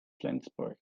flensburg